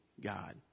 God